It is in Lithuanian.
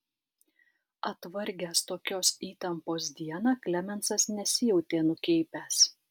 atvargęs tokios įtampos dieną klemensas nesijautė nukeipęs